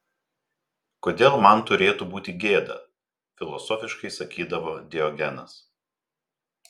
kodėl man turėtų būti gėda filosofiškai sakydavo diogenas